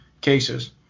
cases